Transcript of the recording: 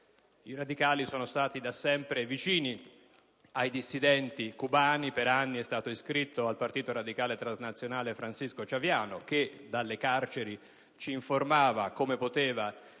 i radicali sono stati da sempre vicini ai dissidenti cubani: per anni è stato iscritto al partito radicale transnazionale Francisco Chaviano, che dalle carceri ci informava come poteva,